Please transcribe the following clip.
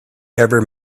ever